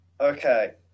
Okay